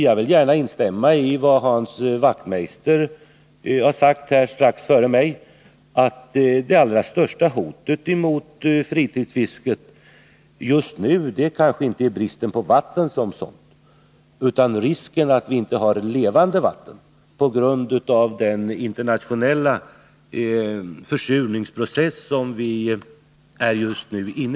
Jag vill gärna instämma i vad Hans Wachtmeister har sagt här strax före mig, att det allra största hotet mot fritidsfisket just nu kanske inte är bristen på vatten som sådant utan risken att vi inte har levande vatten på grund av den internationella försurningsprocess som vi nu drabbas av.